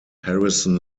harrison